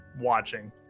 watching